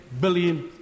billion